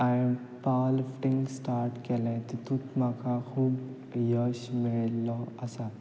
आंय powerlifting start केलें तितूत म्हाका खूब यश मेळिल्लो आसा